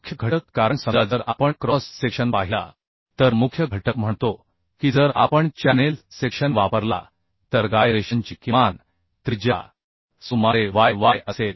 मुख्य घटक कारण समजा जर आपण क्रॉस सेक्शन पाहिला तर मुख्य घटक म्हणतो की जर आपण चॅनेल सेक्शन वापरला तर गायरेशनची किमान त्रिज्या सुमारे y y असेल